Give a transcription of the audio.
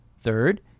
Third